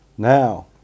Now